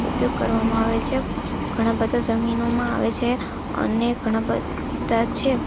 ઉપયોગ કરવામાં આવે છે ઘણાં બધાં જમીનોમાં આવે છે અને ઘણાં બધાં છે